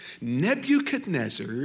Nebuchadnezzar